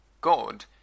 God